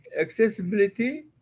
accessibility